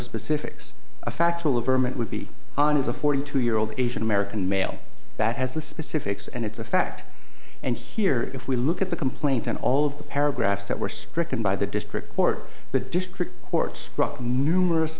ferment would be on is a forty two year old asian american male that has the specifics and it's a fact and here if we look at the complaint and all of the paragraphs that were stricken by the district court the district court's numerous